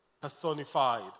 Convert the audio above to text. personified